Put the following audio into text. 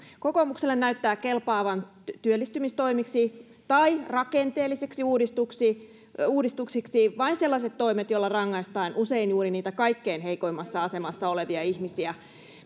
kokoomukselle näyttää kelpaavan työllistymistoimiksi tai rakenteellisiksi uudistuksiksi uudistuksiksi vain sellaiset toimet joilla rangaistaan usein juuri niitä kaikkein heikoimmassa asemassa olevia ihmisiä